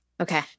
Okay